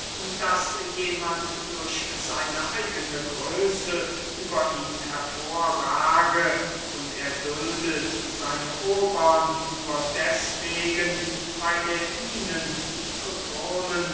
daß jemand durch seine eigene größe über ihn hervorrage und er duldet seine obern nur deswegen weil er ihnen die